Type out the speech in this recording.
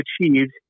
achieved